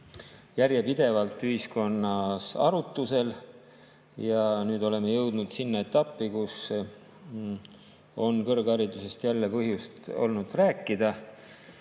järjepidevalt ühiskonnas arutusel. Nüüd oleme jõudnud sinna etappi, kus on kõrgharidusest jälle põhjust olnud rääkida.